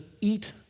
eat